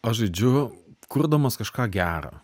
aš žaidžiu kurdamas kažką gera